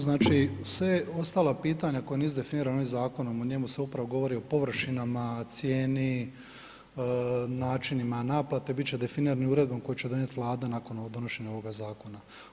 Znači, sve ostala pitanja koja nisu definirana ovim zakonom, o njemu se upravo govori o površinama, cijeni, načinima naplate, bit će definirani uredbom koju će donijet Vlada nakon donošenja ovoga zakona.